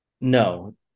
No